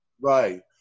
Right